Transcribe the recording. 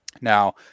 Now